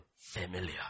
familiar